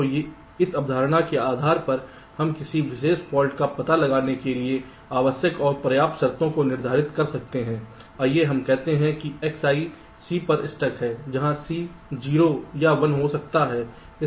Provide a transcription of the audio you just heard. तो इस अवधारणा के आधार पर हम किसी विशेष फाल्ट का पता लगाने के लिए आवश्यक और पर्याप्त शर्तों को निर्धारित कर सकते हैं आइए हम कहते हैं कि Xi C पर स्टक है जहां C 0 या 1 हो सकता है